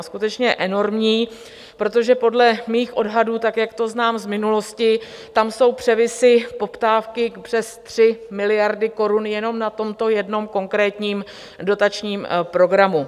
Skutečně je enormní, protože podle mých odhadů tak, jak to znám z minulosti, tam jsou převisy poptávky přes 3 miliardy korun jenom na tomto jednom konkrétním dotačním programu.